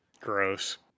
Gross